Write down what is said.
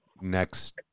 next